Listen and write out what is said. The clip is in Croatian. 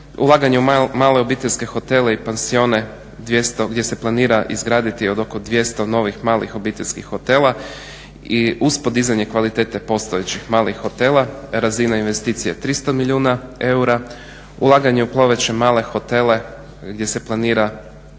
Ulaganje u male obiteljske hotele i pansione gdje se planira izgraditi od oko 200 novih malih obiteljskih hotela i uz podizanje kvalitete postojećih malih hotela, razina investicija 300 milijuna eura, ulaganje u ploveće male hotele gdje se planira na